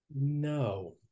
No